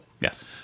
Yes